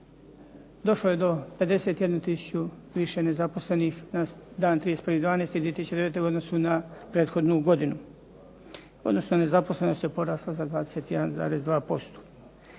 Došlo je do 51 tisuću više nezaposlenih na dan 31.12.2009. godine u odnosu na prethodnu godinu, odnosno nezaposlenost je porasla za 21,2%.